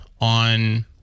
on